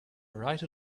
right